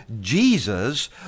Jesus